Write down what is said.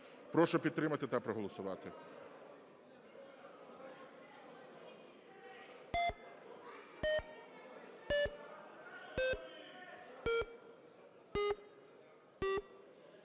Прошу підтримати та проголосувати.